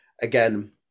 Again